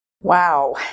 Wow